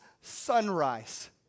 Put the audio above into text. sunrise